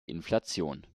inflation